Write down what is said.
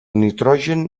nitrogen